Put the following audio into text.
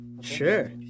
Sure